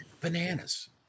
Bananas